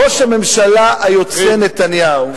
ראש הממשלה היוצא נתניהו,